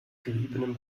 geriebenem